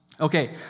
Okay